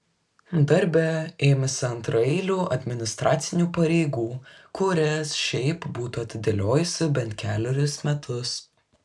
darbe ėmėsi antraeilių administracinių pareigų kurias šiaip būtų atidėliojusi bent kelerius metus